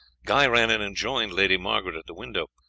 guy ran in and joined lady margaret at the window.